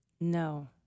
No